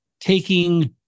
taking